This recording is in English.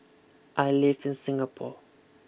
I live in Singapore